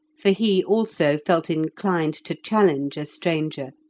for he also felt inclined to challenge a stranger,